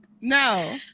No